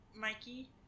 Mikey